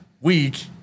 week